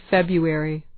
February